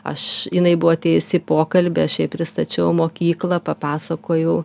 aš jinai buvo atėjusi į pokalbio aš jai pristačiau mokyklą papasakojau